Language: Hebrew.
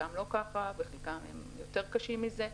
חלקם לא ככה, וחלקם יותר קשים מזה.